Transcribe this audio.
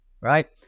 right